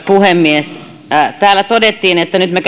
puhemies täällä todettiin että nyt me